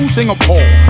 Singapore